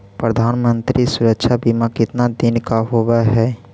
प्रधानमंत्री मंत्री सुरक्षा बिमा कितना दिन का होबय है?